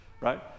Right